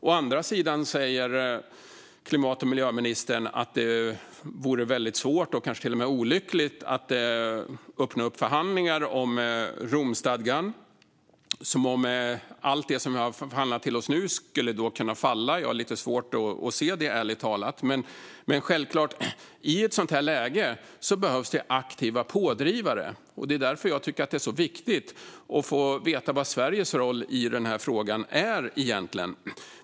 Å andra sidan säger klimat och miljöministern att det vore väldigt svårt och kanske till och med olyckligt att öppna upp förhandlingar om Romstadgan, som om allt det vi nu förhandlat till oss då skulle kunna falla. Jag har lite svårt att se det, ärligt talat. I ett sådant här läge behövs det aktiva pådrivare. Det är därför jag tycker att det är så viktigt att få veta vad Sveriges roll i den här frågan egentligen är.